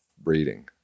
breeding